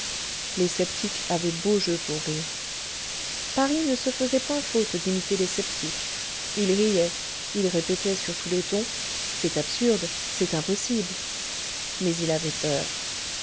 les sceptiques avaient beau jeu pour rire paris ne se faisait point faute d'imiter les sceptiques il riait il répétait sur tous les tons c'est absurde c'est impossible mais il avait peur